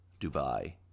Dubai